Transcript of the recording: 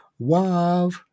Wav